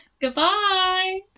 Goodbye